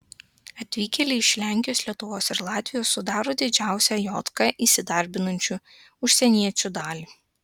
atvykėliai iš lenkijos lietuvos ir latvijos sudaro didžiausią jk įsidarbinančių užsieniečių dalį